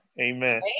Amen